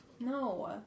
No